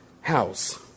house